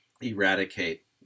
eradicate